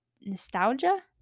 nostalgia